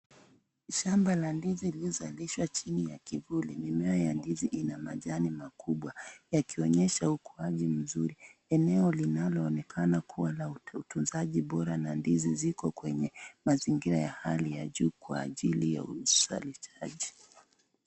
Shamba la ndizi iliozalishwa chini ya kivuli eneo ya ndizi ina majani makubwa yakionyesha ukuaji mzuri. Eneo linalo onekana kuwa na utunzaji bora na ndizi ziko kwenye mazingira ya hali ya juu kwajili ya uzalishaji.